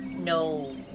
No